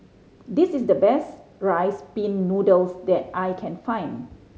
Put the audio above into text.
this is the best Rice Pin Noodles that I can find